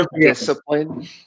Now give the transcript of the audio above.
discipline